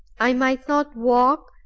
i might not walk,